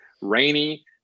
rainy